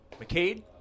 McCade